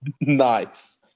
Nice